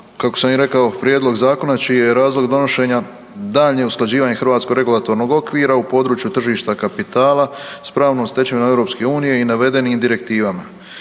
kako sam i rekao, prijedlog zakona čiji je razlog donošenja daljnje usklađivanje hrvatskog regulatornog okvira u području tržišta kapitala s pravnom stečevinom EU i navedenim direktivama.